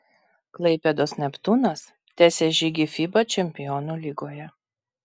klaipėdos neptūnas tęsia žygį fiba čempionų lygoje